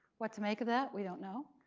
what to make of that? we don't know.